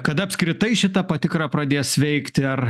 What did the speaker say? kada apskritai šita patikra pradės veikti ar